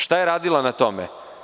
Šta je radila na tome?